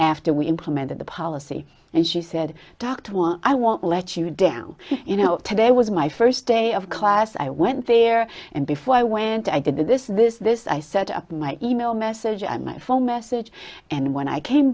after we implemented the policy and she said dr i won't let you down you know today was my first day of class i went there and before i went i did and this is this i set up my e mail message and my phone message and when i came